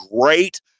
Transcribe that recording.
great